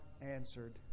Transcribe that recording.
answered